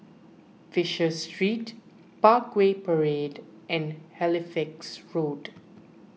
Fisher Street Parkway Parade and Halifax Road